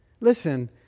Listen